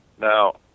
Now